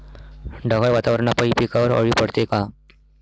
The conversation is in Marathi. ढगाळ वातावरनापाई पिकावर अळी पडते का?